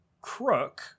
Crook